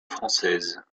française